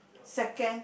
second